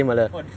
orh